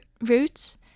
roots